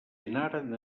anaren